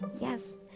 yes